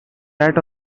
sat